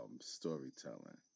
storytelling